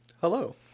Hello